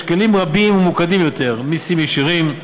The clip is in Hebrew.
כלים רבים וממוקדים יותר: מיסים ישירים,